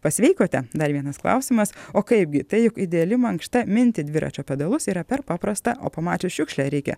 pasveikote dar vienas klausimas o kaipgi tai juk ideali mankšta minti dviračio pedalus yra per paprasta o pamačius šiukšlę reikia